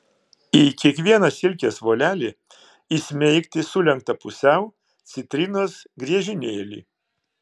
į kiekvieną silkės volelį įsmeigti sulenktą pusiau citrinos griežinėlį